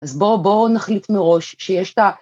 ‫אז בוא, בוא נחליט מראש שיש את ה...